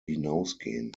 hinausgehen